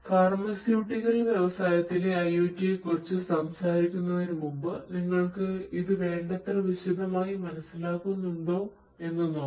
pharmaceutical വ്യവസായത്തിലെ IOT യെ കുറിച്ച് സംസാരിക്കുന്നതിന് മുമ്പ് നിങ്ങൾക്കു ഇത് വേണ്ടത്ര വിശദമായി മനസ്സിലാക്കുന്നുണ്ടോ എന്ന് നോക്കാം